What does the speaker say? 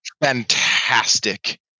fantastic